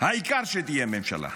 העיקר שתהיה ממשלה,